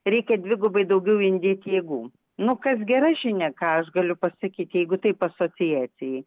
reikia dvigubai daugiau indėt jėgų nu kas gera žinia ką aš galiu pasakyt jeigu taip asociacijai